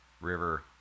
River